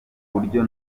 buryo